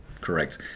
correct